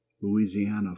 Louisiana